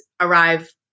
arrive